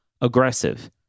aggressive